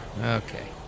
Okay